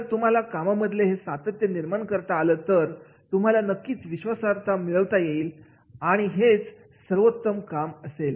जर तुम्हाला कामा मधलं हे सातत्य निर्माण करता आलं तर तुम्हाला नक्कीच विश्वासार्हता मिळवता येईल आणि हेच सर्वोत्तम काम असेल